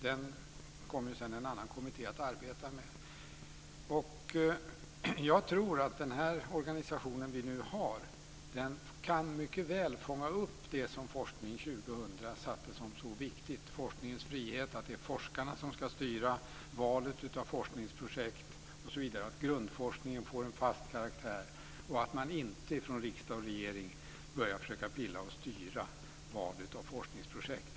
Den saken kom ju sedan en annan kommitté att arbeta med. Jag tror att den organisation som vi nu har mycket väl kan fånga upp det som Forskning 2000 höll fram som så viktigt, nämligen forskningens frihet - att det är forskarna som ska styra valet av forskningsprojekt osv., att grundforskningen får en fast karaktär och att man inte från riksdag och regering börjar försöka pilla och styra valet av forskningsprojekt.